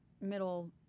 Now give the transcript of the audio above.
middle